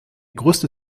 größte